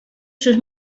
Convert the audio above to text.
sus